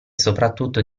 soprattutto